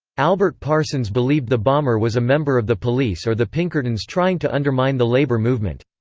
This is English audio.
albert parsons believed the bomber was a member of the police or the pinkertons trying to undermine the labor movement.